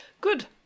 Good